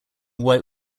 white